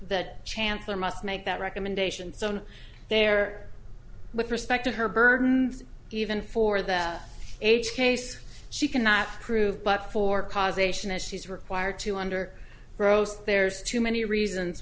that chancellor must make that recommendation so on there with respect to her burden even for that age case she cannot prove but for cause ation as she's required to under pros there's too many reasons